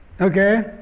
Okay